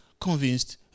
convinced